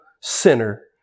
sinner